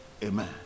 Amen